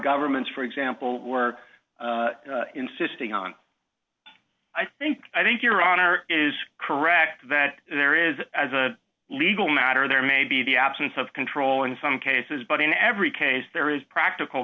governments for example were insisting on i think i think your honor is correct that there is as a legal matter there may be the absence of control in some cases but in every case there is practical